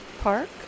Park